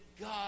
God